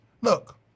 Look